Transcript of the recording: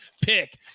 pick